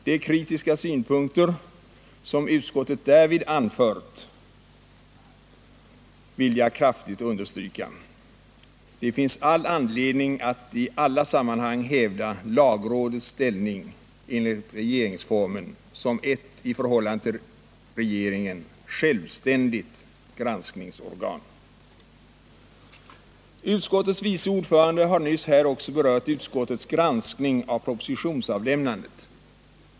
De kritiska synpunkter som utskottet därvid anfört vill jag kraftigt understryka. Det finns all anledning att i alla sammanhang hävda lagrådets ställning enligt regeringsformen som ett i förhållande till regeringen självständigt granskningsorgan. Utskottets vice ordförande har nyss här också berört utskottets granskning av propositionsavlämnandet.